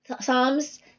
Psalms